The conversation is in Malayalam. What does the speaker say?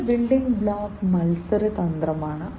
അടുത്ത ബിൽഡിംഗ് ബ്ലോക്ക് മത്സര തന്ത്രമാണ്